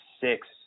six